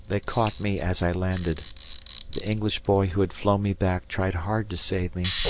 they caught me as i landed the english boy who had flown me back tried hard to save me,